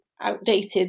outdated